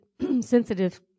sensitive